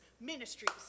ministries